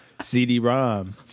CD-ROM